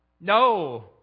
No